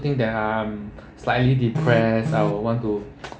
think that I'm slightly depressed I would want to